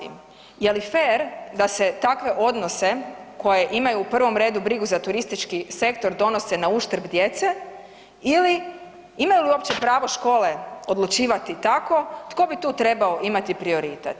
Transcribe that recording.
Je li fer da se takve odnose koje imaju u prvom redu brigu za turistički sektor donose na uštrb djece ili i imaju li uopće pravo škole odlučivati tako, tko bi tu trebao imati prioritet?